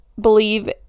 believe